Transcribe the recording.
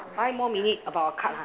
five more minute about a cut ha